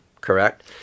correct